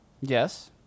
Yes